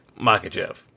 Makachev